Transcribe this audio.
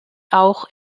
auch